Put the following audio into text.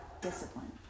discipline